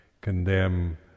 condemn